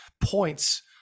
points